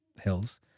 hills